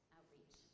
Outreach